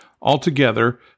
Altogether